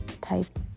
type